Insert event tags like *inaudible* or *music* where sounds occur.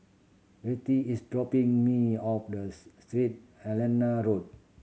Vertie is dropping me off *unintelligible* Saint Helena Road